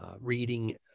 reading